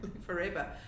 forever